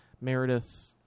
Meredith